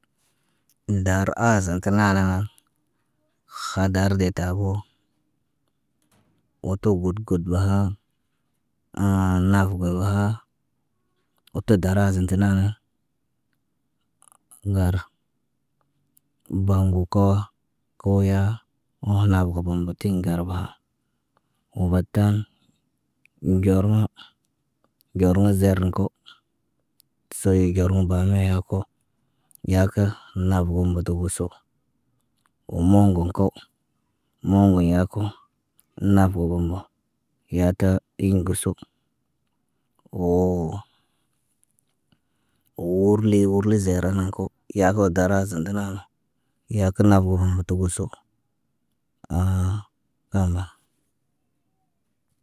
Ndar aazan kə naana nan khadar dee tabo. Woo tuk but got baha. naf go bəha wo tət daraazən tə naanən. Ŋgar baŋg kə kow koyaa oho nab gobən gotiɲ ŋgarba. Woo batan, ŋger nə, ŋger nə zereŋg ko. Sey ger nə ban niya ko, yaaka naab bon goto guso. Moŋgon kow, moŋgo yaaku naf wogum mbo yaata in guso woo woobli woorli zeran nako, yaako darazan tə naaŋga. Yaakə nab woo bun goto buso, aa wamba.